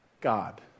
God